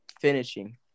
Finishing